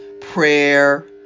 prayer